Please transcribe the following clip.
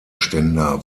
ständer